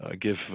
give